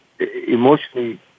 emotionally